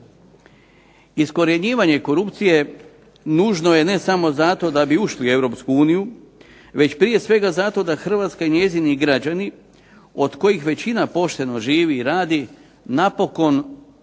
Iskorjenjivanje korupcije nužno je ne samo zato da bi ušli u Europsku uniju, već prije svega zato da Hrvatska i njeni građani, od kojih većina pošteno živi i radi, napokon dobiju